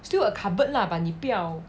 still a cupboard lah but 你不要